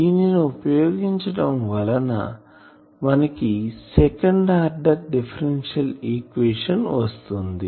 దీన్ని ఉపయోగించటం వలన మనకి సెకండ్ ఆర్డర్ డిఫరెన్షియల్ ఈక్వేషన్ వస్తుంది